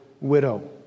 widow